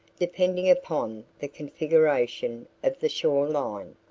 depending upon the configuration of the shore line.